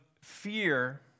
fear